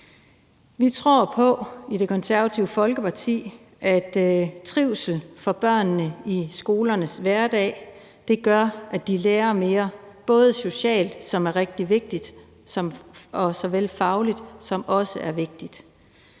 tror vi på, at trivsel for børnene i skolernes hverdag gør, at de lærer mere, både socialt, som er rigtig